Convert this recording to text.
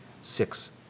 six